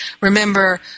Remember